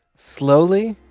slowly,